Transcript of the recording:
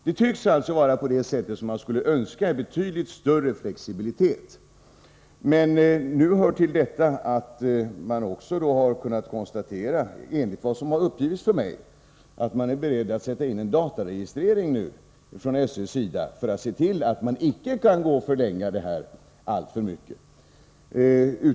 Det tycks alltså som om man skulle önska en betydligt större flexibilitet. Det hör till saken att SÖ enligt vad som har uppgivits för mig är beredd att sätta in en dataregistrering för att se till att man icke kan förlänga det här alltför mycket.